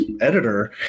editor